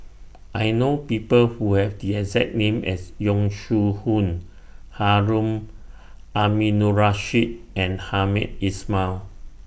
I know People Who Have The exact name as Yong Shu Hoong Harun Aminurrashid and Hamed Ismail